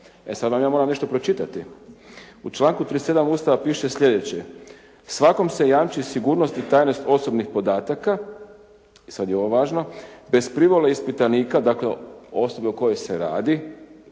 E sad vam ja moram nešto pročitati. U članku 37. Ustava piše sljedeće: Svakom se jamči sigurnost i tajnost osobnih podataka, i sad je ovo važno, bez privole ispitanika dakle osobe o kojoj se radi,